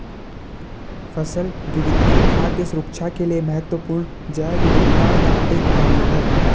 फसल विविधता खाद्य सुरक्षा के लिए महत्वपूर्ण जैव विविधता का एक पहलू है